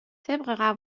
طبق